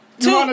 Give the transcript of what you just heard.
Two